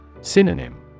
Synonym